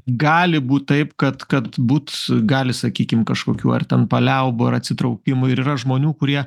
gali būt taip kad kad būt gali sakykim kažkokių ar ten paliaubų ar atsitraukimų ir yra žmonių kurie